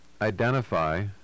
identify